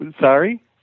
Sorry